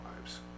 lives